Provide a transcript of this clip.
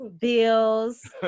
bills